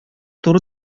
туры